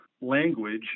language